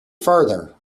farther